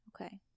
Okay